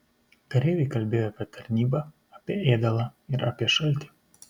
kareiviai kalbėjo apie tarnybą apie ėdalą ir apie šaltį